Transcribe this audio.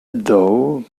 though